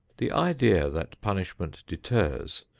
the idea that punishment deters,